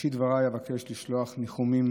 בראשית דבריי אבקש לשלוח ניחומים